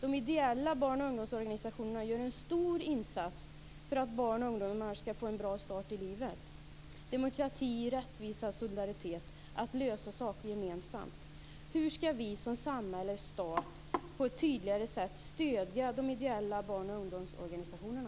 De ideella barn och ungdomsorganisationerna gör en stor insats för att barn och ungdomar skall få en bra start i livet. Det handlar om demokrati, rättvisa och solidaritet och om att lösa saker gemensamt. Hur skall vi som samhälle och stat på ett tydligare sätt stödja de ideella barn och ungdomsorganisationerna?